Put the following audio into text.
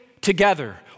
together